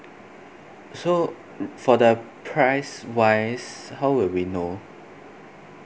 so for the price wise how will we know